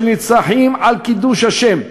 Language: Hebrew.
של נרצחים על קידוש השם,